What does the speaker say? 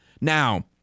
Now